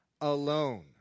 alone